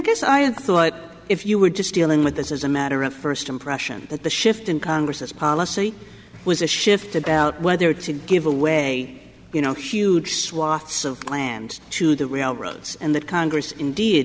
guess i thought if you were just dealing with this is a matter of first impression that the shift in congress this policy was a shift about whether to give away you know huge swaths of land to the railroads and that congress indeed